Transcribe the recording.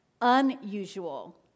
unusual